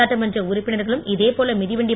சட்டமன்ற உறுப்பினர்களும் இதேபோல மிதிவண்டி